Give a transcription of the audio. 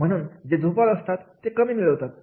तर म्हणून जे झोपाळू असतात ते कमी मिळवीत असतात